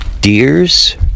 Deers